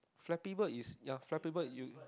flexible is ya flexible you